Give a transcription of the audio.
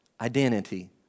identity